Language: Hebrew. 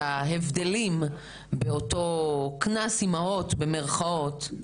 שההבדלים באותו "קנס אמהות", במירכאות,